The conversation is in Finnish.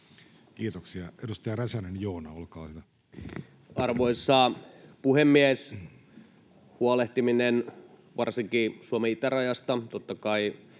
Kiitoksia. — Edustaja Räsänen, Joona, olkaa hyvä. Arvoisa puhemies! Huolehtiminen varsinkin Suomen itärajasta ja totta kai